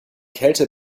kälte